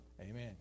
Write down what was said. Amen